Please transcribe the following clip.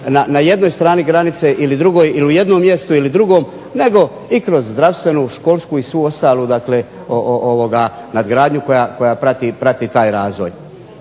na jednoj strani granice ili jednom mjestu ili drugom, nego i kroz zdravstvenu, školsku i svu ostalu nadgradnju koja prati taj razvoj.